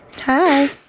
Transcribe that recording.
hi